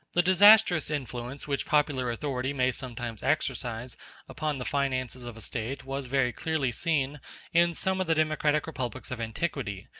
the disastrous influence which popular authority may sometimes exercise upon the finances of a state was very clearly seen in some of the democratic republics of antiquity,